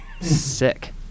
Sick